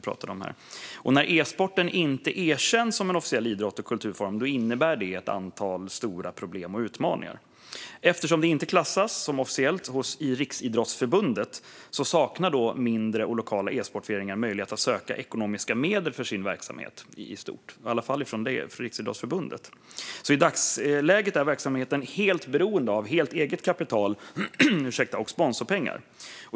När e-sporten inte erkänns som en officiell idrott och kulturform innebär detta ett antal problem och utmaningar. Eftersom e-sport inte klassas som en officiell idrott hos Riksidrottsförbundet saknar mindre och lokala e-sportföreningar möjligheter att söka ekonomiska medel därifrån för sin verksamhet. I dagsläget är verksamheten alltså helt beroende av eget kapital och sponsorpengar.